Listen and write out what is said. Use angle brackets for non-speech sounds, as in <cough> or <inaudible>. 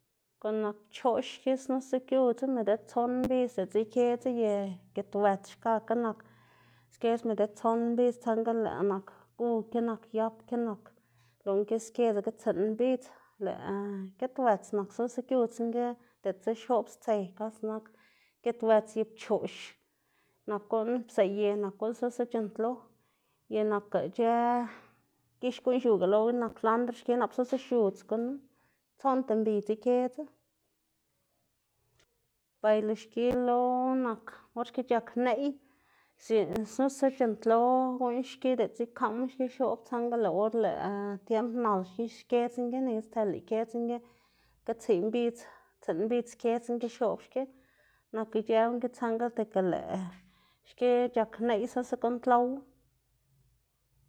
Guꞌn nak pchoꞌx xki xnusa giudzu medid tson midz diꞌltsa ikedzu y gitswëts kakga nak skedz medid tson mbidz, tsaꞌnga lëꞌ nak guki nak yapki nak, lëꞌ guꞌn ki skedzaga tsiꞌn mbidz, lëꞌ gitwëts nak snusa giudz guꞌn ki diꞌltsa xoꞌb stse, kase nak gitwëts y pchoꞌx nak guꞌn pzaꞌye nak guꞌn xnusa c̲h̲uꞌnntlo y nakga ic̲h̲ë gix guꞌn xiuga lowu nak kwlandr xki nap xnusa xiudz gunu, tsoꞌnda mbidz ikedzu, bay lo xki lo nak or xki c̲h̲ak neꞌy si xnusa c̲h̲uꞌnntlo guꞌn xki diꞌltsa ikaꞌma xki xoꞌb tsaꞌnga or lëꞌ <hesitation> tiemb nal xki xkedz guꞌn ki, nika stsela ikedz guꞌn ki, ti tsiꞌ mbidz tsiꞌn mbidz skedz guꞌn ki xoꞌb xki nak ic̲h̲ë guꞌn ki tsaꞌnga tika lëꞌ xki c̲h̲ak neꞌy snusa guꞌnntlowu.